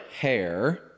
hair